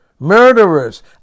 murderers